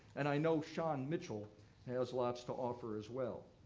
and i know shawn mitchell has lots to offer as well.